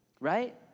right